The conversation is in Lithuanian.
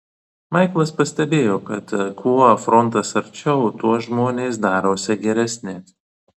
maiklas pastebėjo kad kuo frontas arčiau tuo žmonės darosi geresni